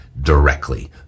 directly